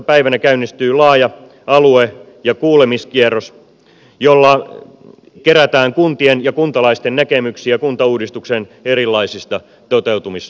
päivänä käynnistyy laaja alue ja kuulemiskierros jolla kerätään kuntien ja kuntalaisten näkemyksiä kuntauudistuksen erilaisista toteuttamismalleista